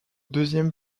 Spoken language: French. deuxième